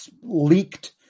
leaked